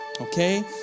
okay